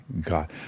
god